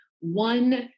one